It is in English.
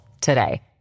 today